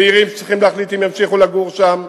צעירים שצריכים להחליט הם ימשיכו לגור שם.